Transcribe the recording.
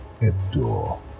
endure